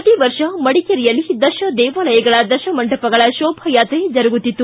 ಪ್ರತೀ ವರ್ಷ ಮಡಿಕೇರಿಯಲ್ಲಿ ದಶದೇವಾಲಯಗಳ ದಶಮಂಟಪಗಳ ಶೋಭಾಯಾತ್ರೆ ಜರುಗುತ್ತಿತ್ತು